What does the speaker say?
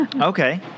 Okay